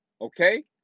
Okay